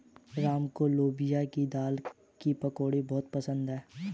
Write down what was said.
राम को लोबिया की दाल की पकौड़ी बहुत पसंद हैं